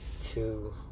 two